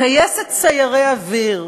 טייסת סיירי אוויר,